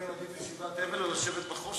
אני לא יודע אם עדיף ישיבת אבל או לשבת בחושך.